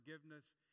forgiveness